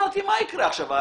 אמרתי, מה יקרה עכשיו?